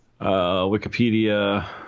Wikipedia